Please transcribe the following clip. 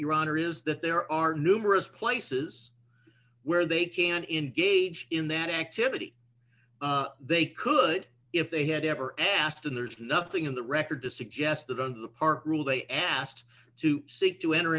honor is that there are numerous places where they can engage in that activity they could if they had ever asked and there's nothing in the record to suggest that the park rule they asked to seek to enter